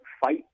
fight